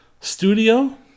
studio